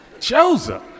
Joseph